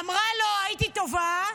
אמרה לו: הייתי טובה,